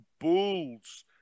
Bulls